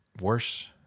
worse